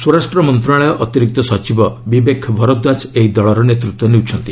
ସ୍ୱରାଷ୍ଟ୍ର ମନ୍ତ୍ରଣାଳୟ ଅତିରିକ୍ତ ସଚିବ ବିବେକ ଭରଦ୍ୱାକ୍ ଏହି ଦଳର ନେତୃତ୍ୱ ନେଉଛନ୍ତି